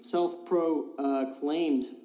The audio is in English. Self-proclaimed